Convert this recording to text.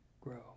grow